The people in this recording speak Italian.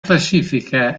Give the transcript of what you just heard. classifica